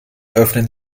öffnen